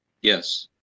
yes